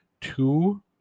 two